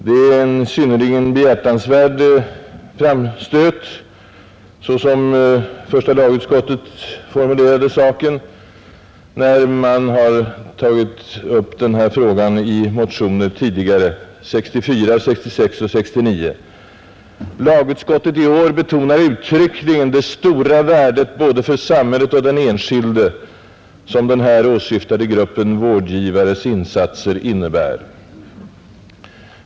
Det är ett synnerligen behjärtansvärt yrkande, såsom första utskottet tidigare formulerat saken i samband med att den här frågan tagits upp i motioner 1964, 1966 och 1969. Lagutskottet i år betonar uttryckligen det stora värdet både för samhället och för den enskilde som den här åsyftade gruppen vårdgivares insatser innebär.